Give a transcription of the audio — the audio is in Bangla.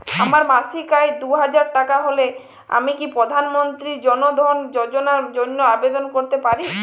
আমার মাসিক আয় দুহাজার টাকা হলে আমি কি প্রধান মন্ত্রী জন ধন যোজনার জন্য আবেদন করতে পারি?